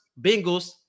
Bengals